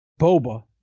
Boba